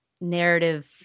narrative